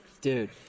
Dude